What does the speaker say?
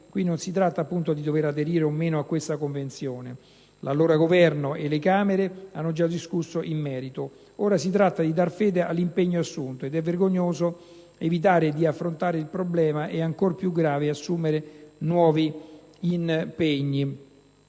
qui non si tratta di dover aderire o meno a questa Convenzione. L'allora Governo e le Camere hanno già discusso in merito. Oggi si tratta di dar fede all'impegno assunto ed è vergognoso evitare di affrontare il tema e ancora più grave assumere nuovi impegni.